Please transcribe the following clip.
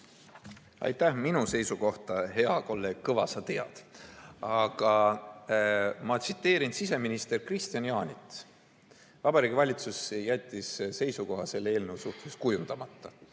Aitäh! Minu seisukohta, hea kolleeg Kõva, sa tead. Aga ma tsiteerin siseminister Kristian Jaanit. Vabariigi Valitsus jättis seisukoha selle eelnõu suhtes kujundamata.